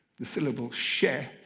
the syllable sheh,